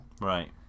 right